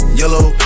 yellow